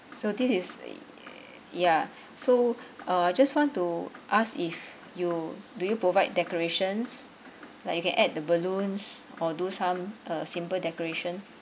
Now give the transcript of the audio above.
so this is ya so uh just want to ask if you do you provide decorations like you can add the balloons or do some uh simple decoration